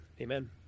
Amen